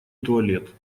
туалет